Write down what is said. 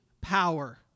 power